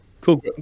Cool